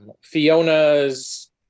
fiona's